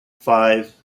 five